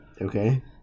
Okay